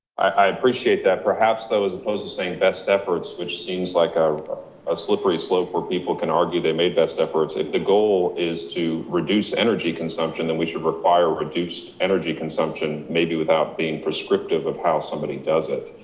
i appreciate that, perhaps, those opposed to saying best efforts, which seems like a ah slippery slope where people can argue, they made best efforts. if the goal is to reduce energy consumption, then we should require reduced energy consumption, maybe without being prescriptive of how somebody does it.